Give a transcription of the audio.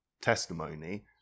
testimony